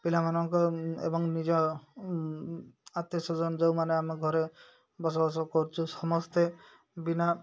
ପିଲାମାନଙ୍କ ଏବଂ ନିଜ ଆତ୍ମୀୟସୋଯନ ଯେଉଁମାନେ ଆମ ଘରେ ବସବାସ କରୁଛୁ ସମସ୍ତେ ବିନା